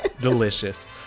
Delicious